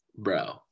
Bro